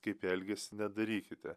kaip elgias nedarykite